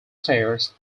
stairs